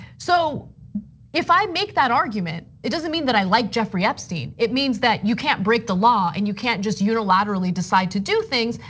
so if i make that argument it doesn't mean that i like jeffery epstein. it means that you can't break the law and you can't just unilaterally decide to do things.